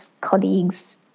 colleagues